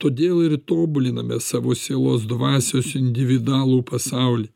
todėl ir tobuliname savo sielos dvasios individualų pasaulį